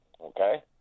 okay